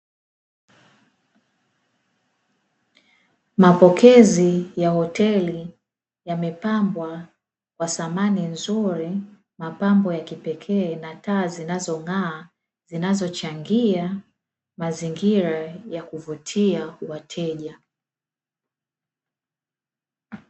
Mapokezi ya hoteli yamepambwa kwa thamani nzuri mapambo ya kipekee na taa zinazong'aa zinazochangia mazingira ya kuvutia wateja.